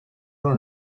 run